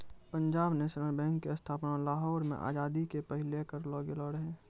Punjab National Bank के स्थापना लाहौर मे आजादी के पहिले करलो गेलो रहै